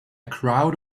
crowd